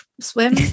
swim